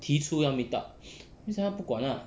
提出要 meet up 就是说她不管 ah